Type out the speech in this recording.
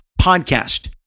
podcast